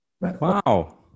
Wow